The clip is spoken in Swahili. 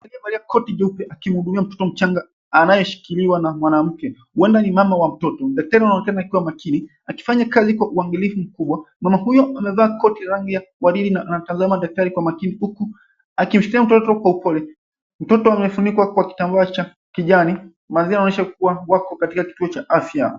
Daktari aliyevalia koti jeupe akimuhudumia mtoto mchanga anayeshikiliwa na mwanamke huenda ni mama wa mtoto. Daktari anaonekana akiwa makini akifanya kazi kwa uangalifu mkubwa. Mama huyo amevaa koti rangi ya waridi na anamtazama daktari kwa makini huku akimshikilia mtoto kwa upole. Mtoto amefunikwa kwa kitambaa cha kijani. Mandhari inaonyesha kuwa wako katika kituo cha afya.